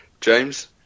James